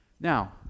Now